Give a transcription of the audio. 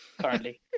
currently